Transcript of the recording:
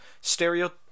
Stereo